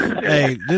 Hey